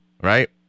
right